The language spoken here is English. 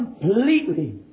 completely